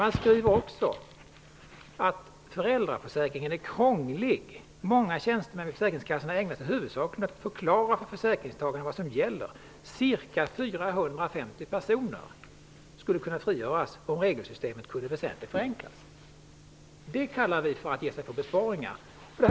Man skriver också att föräldraförsäkringen är krånglig. ''Många tjänstemän vid försäkringskassorna ägnar sig huvudsakligen åt att förklara för försäkringstagarna vad som gäller. Ca 450 personer skulle kunna frigöras om regelsystemet kunde väsentligt förenklas.'' Det kallar vi för att ge sig på utgifter och åstadkomma besparingar!